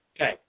Okay